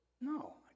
no